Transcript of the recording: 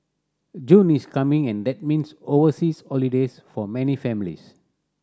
June is coming and that means overseas holidays for many families